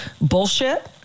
bullshit